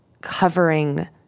covering